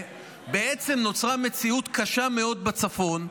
בעצם נוצרה מציאות קשה מאוד בצפון,